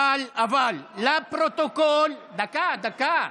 אבל לפרוטוקול, תן לי להסביר,